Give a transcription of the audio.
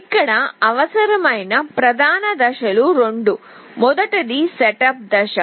ఇక్కడ అవసరమైన ప్రధాన దశలు రెండు మొదటిది సెటప్ దశ